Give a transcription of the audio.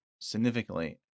significantly